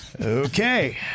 Okay